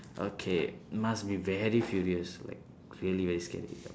okay must be very furious like really very scary